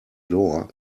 door